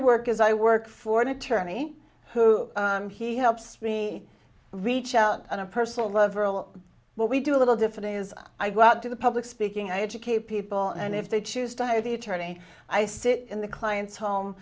work as i work for an attorney who he helps me reach out on a personal level what we do a little differently is i go out to the public speaking i educate people and if they choose to have the attorney i sit in the client's home